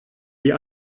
wie